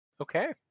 Okay